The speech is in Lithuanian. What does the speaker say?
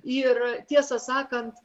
ir tiesą sakant